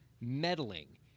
Meddling